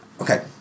okay